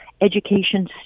education